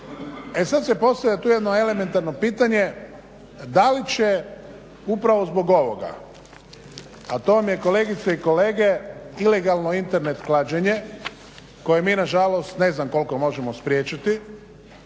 E sada se postavlja tu jedno elementarno pitanje da li će upravo zbog ovoga a to vam je kolegice i kolege ilegalno Internet klađenje koje mi nažalost ne znam koliko možemo spriječiti,